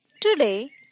Today